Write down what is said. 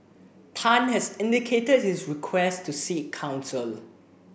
Tan has indicated his request to seek counsel